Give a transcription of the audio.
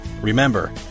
Remember